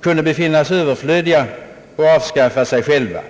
kunde befinnas överflödiga och avskaffa sig själva.